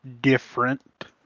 different